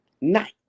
night